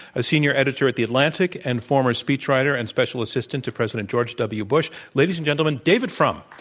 a senior editor at the atlantic and former speechwriter and special assistant to president george w. bush. ladies and gentlemen, david frum.